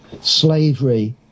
slavery